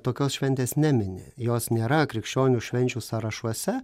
tokios šventės nemini jos nėra krikščionių švenčių sąrašuose